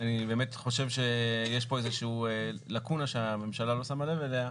אני באמת חושב שיש פה איזשהו לקונה שהממשלה לא שמה לב אליה,